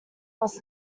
must